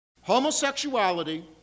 Homosexuality